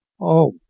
Oh